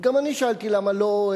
גם אני שאלתי למה לא.